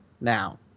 now